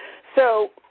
so,